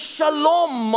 Shalom